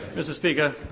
mr speaker,